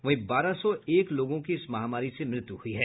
वहीं बारह सौ एक लोगों की इस महामारी से मृत्यु हुई है